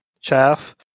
chaff